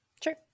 Sure